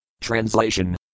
Translation